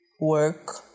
work